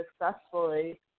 successfully